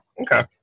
Okay